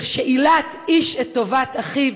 של שאילת איש את טובת אחיו,